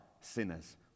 sinners